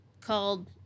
called